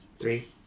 three